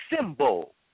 symbol